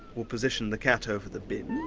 we'll position the cat over the bin.